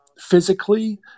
physically